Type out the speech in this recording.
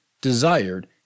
desired